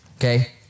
okay